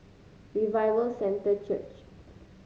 Revival Centre Church